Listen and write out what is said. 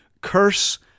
curse